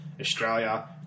Australia